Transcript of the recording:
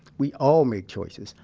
we all make choices.